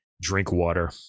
Drinkwater